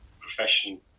profession